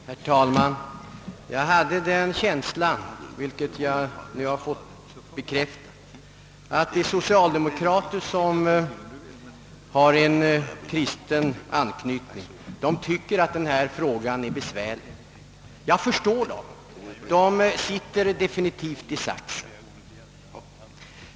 Herr talman! Jag hade den känslan, vilken jag nu fått bekräftad, att de socialdemokrater som har en kristen anknytning tycker att denna fråga är besvärlig. Jag förstår dem. De sitter definitivt i saxen.